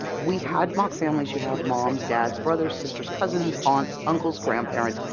we had mock families. you have moms, dads brothers, sisters, cousins, aunts, uncles, grandparents,